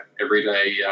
everyday